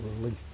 relief